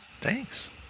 Thanks